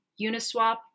Uniswap